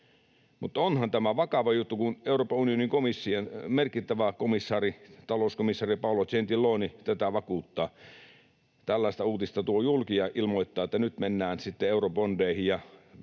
Mutta onhan tämä vakava juttu, kun Euroopan unionin merkittävä komissaari, talouskomissaari Paolo Gentiloni tätä vakuuttaa, tällaista uutista tuo julki ja ilmoittaa, että nyt mennään sitten eurobondeihin ja